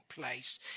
place